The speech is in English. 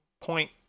point